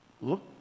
Look